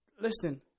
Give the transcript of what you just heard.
Listen